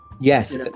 Yes